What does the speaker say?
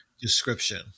description